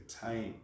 time